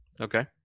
Okay